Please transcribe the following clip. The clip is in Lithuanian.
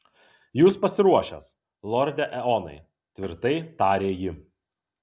jūs pasiruošęs lorde eonai tvirtai tarė ji